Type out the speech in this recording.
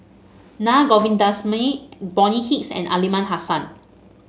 Naa Govindasamy Bonny Hicks and Aliman Hassan